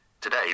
today